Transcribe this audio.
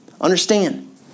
Understand